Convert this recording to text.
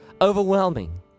overwhelming